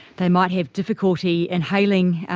they might have difficulty inhaling